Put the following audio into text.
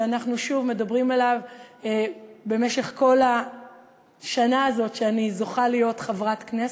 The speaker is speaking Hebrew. שאנחנו מדברים עליו במשך כל השנה הזאת שאני זוכה להיות בה חברת כנסת,